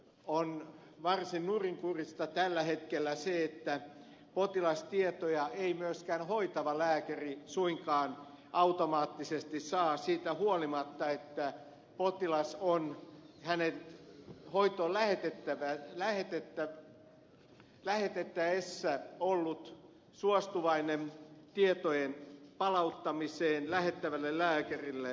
on varsin nurinkurista tällä hetkellä se että potilastietoja ei myöskään hoitava lääkäri suinkaan automaattisesti saa siitä huolimatta että potilas on hänet hoitoon lähetettäessä ollut suostuvainen tietojen palauttamiseen lähettävälle lääkärille